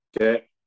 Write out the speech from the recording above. Okay